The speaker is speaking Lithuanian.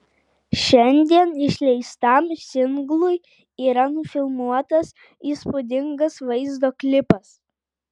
šiandien išleistam singlui yra nufilmuotas įspūdingas vaizdo klipas